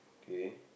K